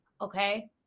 okay